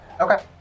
Okay